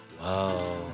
Wow